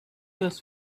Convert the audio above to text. was